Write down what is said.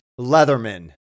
Leatherman